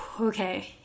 okay